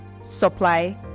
supply